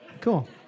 Cool